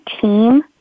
team